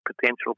Potential